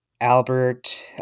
Albert